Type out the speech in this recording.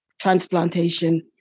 transplantation